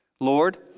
Lord